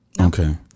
Okay